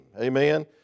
Amen